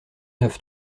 neuf